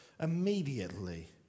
immediately